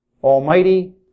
Almighty